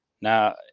Now